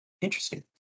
interesting